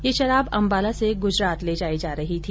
ये शराब अंबाला से गुजरात ले जाई जा रही थी